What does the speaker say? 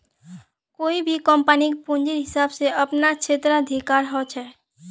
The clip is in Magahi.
कोई भी कम्पनीक पूंजीर हिसाब स अपनार क्षेत्राधिकार ह छेक